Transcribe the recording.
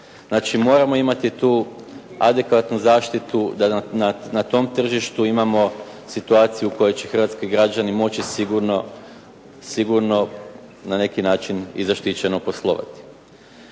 moramo imati tu adekvatnu zaštitu da na tom tržištu imamo situaciju koju će hrvatski građani moći sigurno na neki način i zaštićeno poslovati.